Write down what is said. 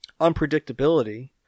unpredictability